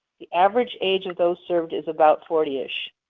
the average age of those served is about forty ish.